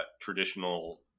traditional